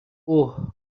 اوه